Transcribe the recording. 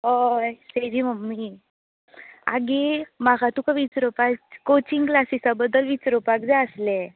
हय ताजी मम्मी आगे म्हाका तुका विचरोपाच कोचींग क्लासिसा बद्दल विचरोपाक जाय आसलें